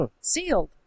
Sealed